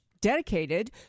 dedicated